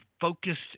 focused